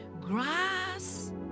Grass